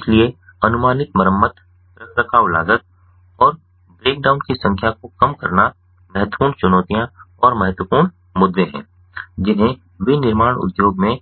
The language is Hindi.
इसलिए अनुमानित मरम्मत रखरखाव लागत और ब्रेक डाउन की संख्या को कम करना महत्वपूर्ण चुनौतियां और महत्वपूर्ण मुद्दे हैं जिन्हें विनिर्माण उद्योग में